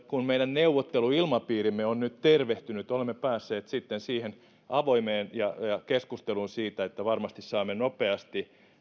kun meidän neuvotteluilmapiirimme on tervehtynyt ja olemme päässeet avoimeen keskusteluun varmasti saamme nopeasti